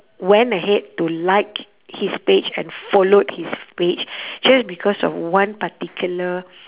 went ahead to like his page and followed his page just because of one particular